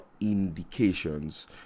indications